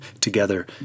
Together